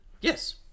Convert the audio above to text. Yes